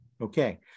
Okay